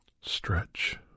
stretch